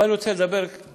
אבל אני רוצה לדבר על